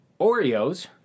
Oreos